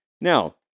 Now